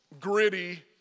gritty